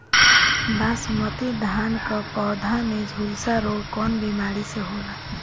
बासमती धान क पौधा में झुलसा रोग कौन बिमारी से होला?